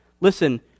Listen